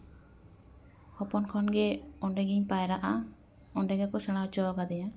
ᱦᱚᱯᱚᱱ ᱠᱚᱱᱜᱮ ᱚᱸᱰᱮ ᱜᱤᱧ ᱯᱟᱭᱨᱟᱜᱼᱟ ᱚᱸᱰᱮ ᱜᱮᱠᱚ ᱥᱮᱬᱟ ᱦᱚᱪᱚ ᱟᱠᱟᱫᱤᱧᱟᱹ